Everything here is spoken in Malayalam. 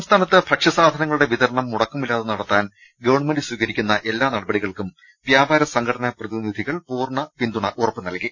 സംസ്ഥാനത്ത് ഭക്ഷ്യസാധനങ്ങളുടെ വിതരണം മുട ക്കമില്ലാതെ നടത്താൻ ഗവൺമെന്റ് സ്വീകരിക്കുന്ന എല്ലാ നടപടികൾക്കും വ്യാപാര സംഘടനാ പ്രതിനിധികൾ പൂർണ്ണ പിന്തുണ ഉറപ്പ് നൽകി